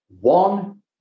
one